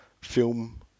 film